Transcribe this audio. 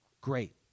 great